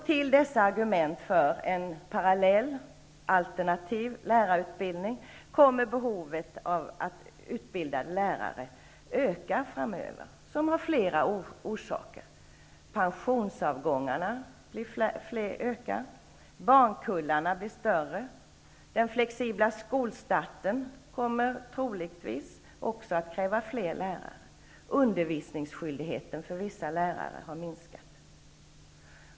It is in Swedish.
Till dessa argument för en parallell, alternativ lärarutbildning kommer att behovet av att utbilda lärare framöver kommer att öka. Detta har flera orsaker. Pensionsavgångarna ökar i antal, barnkullarna blir större, den flexibla skolstarten kommer troligtvis att kräva fler lärare, och undervisningsskyldigheten för vissa lärare har minskat.